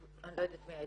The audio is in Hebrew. אני לא יודעת מי העדות.